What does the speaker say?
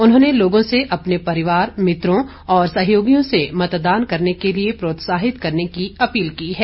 उन्होंने लोगों से अपने परिवार मित्रों और सहयोगियों से मतदान करने के लिए प्रोत्साहित करने की अपील की है